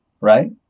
Right